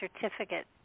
certificate